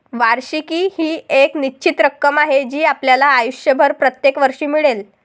वार्षिकी ही एक निश्चित रक्कम आहे जी आपल्याला आयुष्यभर प्रत्येक वर्षी मिळेल